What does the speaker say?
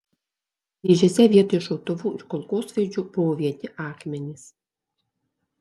dėžėse vietoj šautuvų ir kulkosvaidžių buvo vieni akmenys